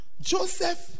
Joseph